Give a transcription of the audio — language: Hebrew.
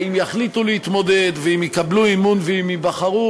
אם יחליטו להתמודד ואם יקבלו אמון ואם ייבחרו,